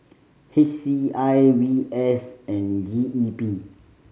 H C I V S and G E P